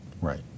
Right